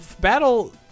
battle